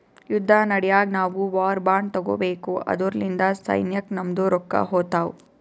ಯುದ್ದ ನಡ್ಯಾಗ್ ನಾವು ವಾರ್ ಬಾಂಡ್ ತಗೋಬೇಕು ಅದುರ್ಲಿಂದ ಸೈನ್ಯಕ್ ನಮ್ದು ರೊಕ್ಕಾ ಹೋತ್ತಾವ್